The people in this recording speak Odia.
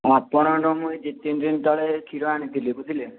ଆପଣଙ୍କଠୁ ମୁଁ ଏ ଦୁଇ ତିନିଦିନ ତଳେ କ୍ଷୀର ଆଣିଥିଲି ବୁଝିଲେ